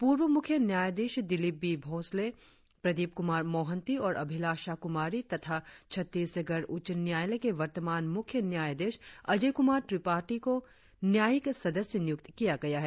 पूर्व मुख्य न्यायाधीश दिलीप बी भोसलें प्रदीप कुमार मोहंती और अभिलाषा कुमारी तथा छत्तीसगढ़ उच्च न्यायालय के वर्तमान मुख्य न्यायाधीश अजय कुमार त्रिपाठी को न्यायिक सदस्य नियुक्त किया गया है